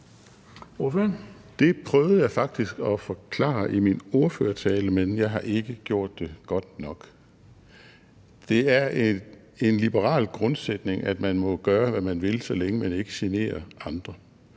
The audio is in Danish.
Det prøvede jeg faktisk at forklare i min ordførertale, men jeg har ikke gjort det godt nok. Det er en liberal grundsætning, at man må gøre, hvad man vil, så længe man ikke generer andre.